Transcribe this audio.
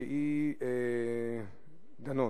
שהיא, דנון.